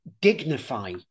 dignify